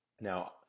Now